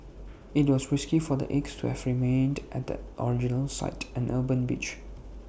IT was risky for the eggs to have remained at the original site an urban beach